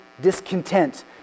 discontent